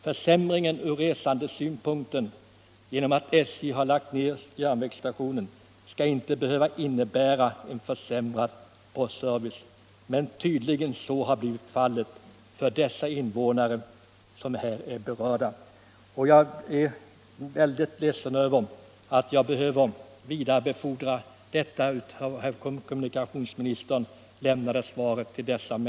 Försämringen från resandesynpunkt genom att SJ har lagt ned järnvägsstationen skall inte behöva innebära en försämrad postservice. Så har tydligen blivit fallet för de människor som här berörs, och jag är ledsen att behöva vidarebefordra det av herr kommunikationsministern lämnade svaret till dem.